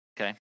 okay